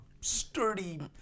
sturdy